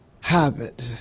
habit